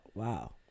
wow